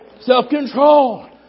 Self-control